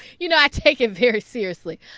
you know, i take it very seriously.